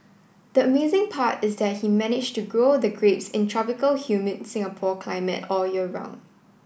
the amazing part is that he managed to grow the grapes in tropical humid Singapore climate all year round